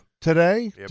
today